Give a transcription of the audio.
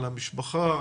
על המשפחה,